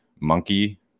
Monkey